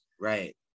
right